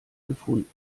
gefunden